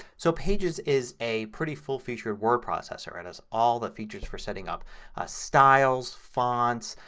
so pages is a pretty full featured word processor and has all the features for setting up styles, fonts,